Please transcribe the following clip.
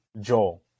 Joel